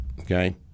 Okay